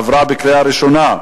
עברה בקריאה ראשונה,